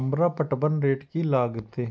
हमरा पटवन रेट की लागते?